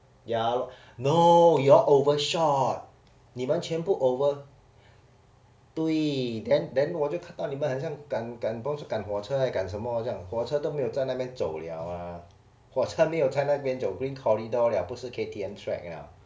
ya no you all overshot 你们全部 over 对 then then 我就到你很像赶赶不懂赶火车还是赶什么这样火车都没有在那边走 liao ah 啊火车没有在那边走:huo che mei you zai na bian zou green corridor leh 不是 K_T_M track